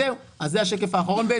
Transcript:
זהו, זה השקף האחרון.